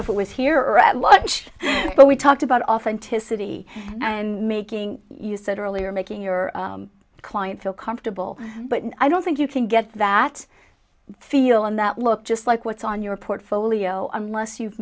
know if it was here or at lunch but we talked about authenticity and making you said earlier making your clients feel comfortable but i don't think you can get that feeling that look just like what's on your portfolio unless you've